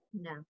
No